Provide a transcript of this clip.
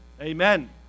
Amen